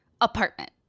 apartment